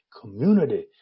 community